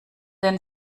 den